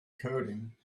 coding